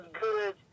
good